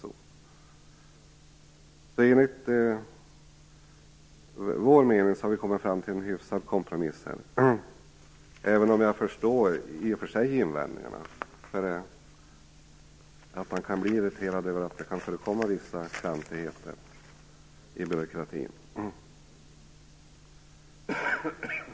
Så enligt vår mening har vi kommit fram till en hyfsad kompromiss, även om jag i och för sig förstår invändningarna och att man kan bli irriterad över vissa klantigheter i byråkratin.